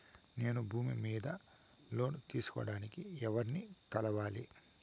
నేను భూమి మీద లోను తీసుకోడానికి ఎవర్ని కలవాలి?